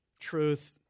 truth